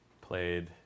played